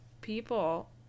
people